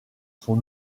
son